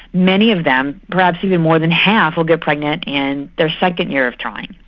many of them, perhaps even more than half will get pregnant in their second year of trying.